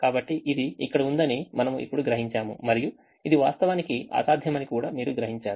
కాబట్టి ఇది ఇక్కడ ఉందని మనము ఇప్పుడు గ్రహించాము మరియు ఇది వాస్తవానికి అసాధ్యమని కూడా మీరు గ్రహించారు